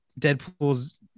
Deadpool's